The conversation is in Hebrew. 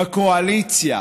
בקואליציה